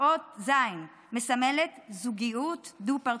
האות ז' מסמלת זוגיות דו-פרצופית.